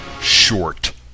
short